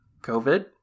COVID